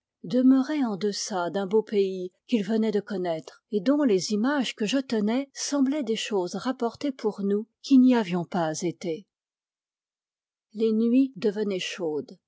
demeuré en deçà d'un beau pays qu'ils venaient de connaître et dont les images que je tenais semblaient des choses rapportées pour nous qui n'y avions pas été les nuits devenaient chaudes